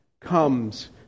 comes